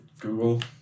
Google